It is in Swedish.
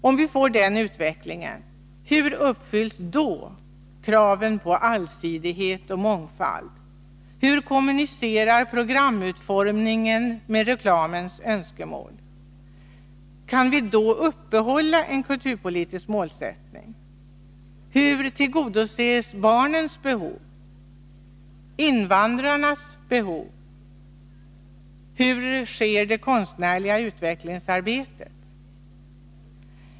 Om vi får den utvecklingen, hur uppfylls då kraven på allsidighet och mångfald? Hur kommunicerar programutformningen med reklamens önskemål? Kan vi då upprätthålla en kulturpolitisk målsättning? Hur tillgodoses barnens behov, invandrarnas behov, och hur sker det konstnärliga utvecklingsarbetet?